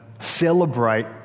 celebrate